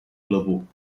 俱乐部